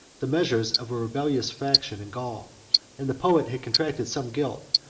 the measures of a rebellious faction in gaul and the poet had contracted some guilt,